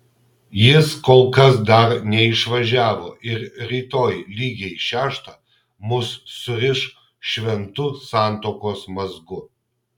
jis kol kas dar neišvažiavo ir rytoj lygiai šeštą mus suriš šventu santuokos mazgu